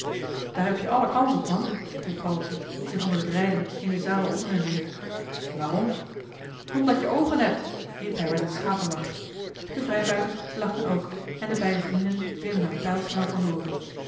daar heb-je alle kans op man riep paddeltje zich onder t rijden in den zadel omwendend waarom omdat je oogen hebt riep hij met een schaterlach de vrijbuiters lachten ook en de beide vrienden reden er pijlsnel van